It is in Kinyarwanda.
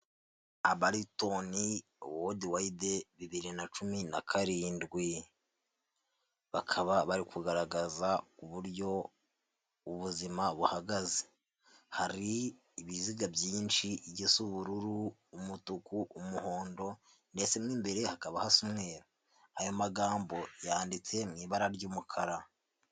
Abaritoni Wodiwayidi bibiri na cumi na karindwi, bakaba bari kugaragaza uburyo ubuzima buhagaze, hari ibiziga byinshi igisa ubururu, umutuku, umuhondo, ndetse n'imbere hakaba hasa umweru. Aya magambo yanditse mu ibara ry'umukara.